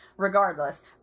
regardless